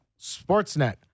Sportsnet